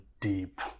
deep